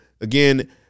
Again